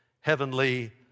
heavenly